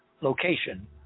location